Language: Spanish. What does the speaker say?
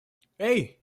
hey